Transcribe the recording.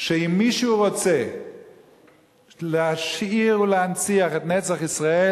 שאם מישהו רוצה להשאיר ולהנציח את נצח ישראל,